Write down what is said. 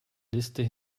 liste